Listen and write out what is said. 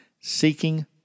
seeking